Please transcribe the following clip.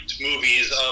movies